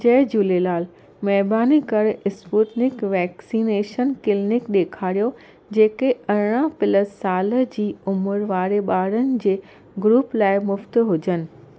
जय झुलेलाल महिरबानी करे Sputnik vaccination clinic ॾेखारियो जेके अरिड़हं प्लस साल जी उमिरि वारे ॿारनि जे ग्रूप लाइ मुफ़्त हुजनि